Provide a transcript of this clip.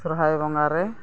ᱥᱚᱦᱨᱟᱭ ᱵᱚᱸᱜᱟ ᱨᱮ